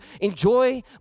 enjoy